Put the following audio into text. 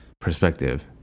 perspective